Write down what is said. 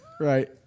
right